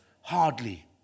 Hardly